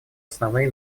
основные